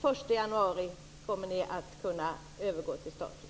Den 1 januari kommer ni att kunna övergå till staten.